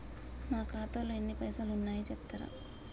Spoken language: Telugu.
నా ఖాతాలో ఎన్ని పైసలు ఉన్నాయి చెప్తరా?